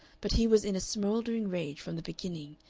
but he was in a smouldering rage from the beginning,